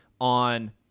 on